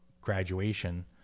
graduation